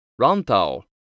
Rantau